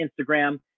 Instagram